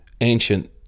ancient